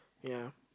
ya